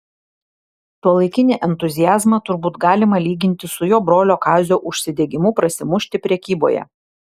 tuolaikinį entuziazmą turbūt galima lyginti su jo brolio kazio užsidegimu prasimušti prekyboje